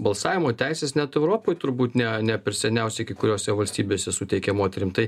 balsavimo teisės net europoj turbūt ne ne per seniausiai kai kuriose valstybėse suteikė moterim tai